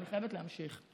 אני חייבת להמשיך.